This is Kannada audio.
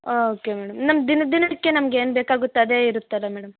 ಓಕೆ ಮೇಡಮ್ ನಮ್ಮ ದಿನ ದಿನಕ್ಕೆ ನಮ್ಗೇನು ಬೇಕಾಗುತ್ತೆ ಅದೇ ಇರತ್ತಲ್ಲ ಮೇಡಮ್